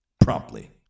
promptly